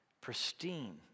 Pristine